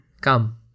Come